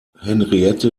henriette